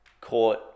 caught